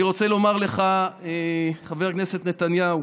אני רוצה לומר לך, חבר הכנסת נתניהו,